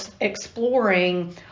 exploring